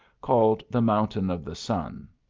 called the mountain of the sun.